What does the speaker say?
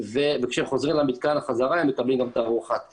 וכשהם חוזרים למתקן חזרה הם גם מקבלים ארוחת ערב.